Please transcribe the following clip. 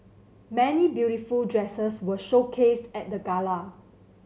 many beautiful dresses were showcased at the gala